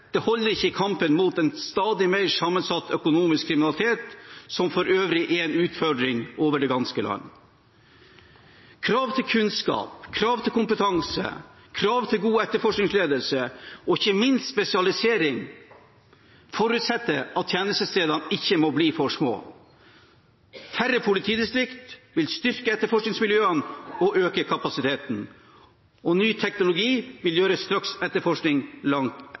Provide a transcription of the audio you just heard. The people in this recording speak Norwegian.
Det holder ikke i kampen mot en stadig mer sammensatt økonomisk kriminalitet, som for øvrig er en utfordring over det ganske land. Kravet til kunnskap, kravet til kompetanse, kravet til god etterforskningsledelse og ikke minst til spesialisering forutsetter at tjenestestedene ikke må bli for små. Færre politidistrikt vil styrke etterforskningsmiljøene og øke kapasiteten. Og ny teknologi vil gjøre straksetterforskning langt